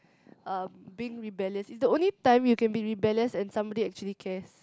um being rebellious it's the only time you can be rebellious and somebody actually cares